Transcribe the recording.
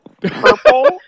Purple